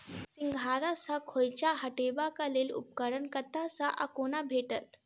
सिंघाड़ा सऽ खोइंचा हटेबाक लेल उपकरण कतह सऽ आ कोना भेटत?